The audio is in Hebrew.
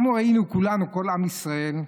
אנחנו ראינו כולנו, כל עם ישראל,